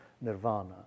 nirvana